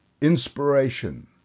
inspiration